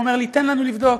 אומר לי: תן לנו לבדוק.